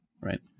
right